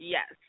Yes